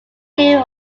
two